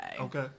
Okay